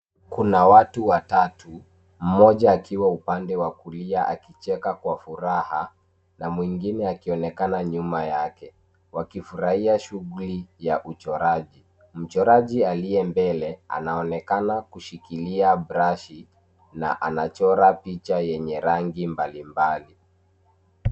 Kuna watu watatu, mmoja akiwa upande wa kulia akichea kwa furaha na mwingine akionekana nyuma yake wakifurahia shughuli ya uchoraji. Mchoraji aliye mbele anaonekana kushikilia brashi na anachora picha yenye rangi mbalimbali.